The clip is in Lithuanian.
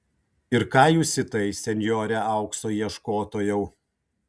ir ką jūs į tai senjore aukso ieškotojau